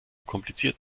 kompliziert